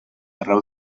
arreu